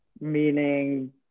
meaning